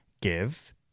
give